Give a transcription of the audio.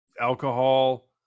alcohol